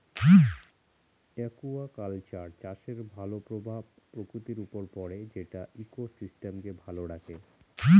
aquaculture চাষের ভালো প্রভাব প্রকৃতির উপর পড়ে যেটা ইকোসিস্টেমকে ভালো রাখে